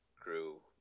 grew